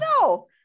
No